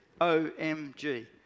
OMG